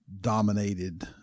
dominated